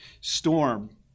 storm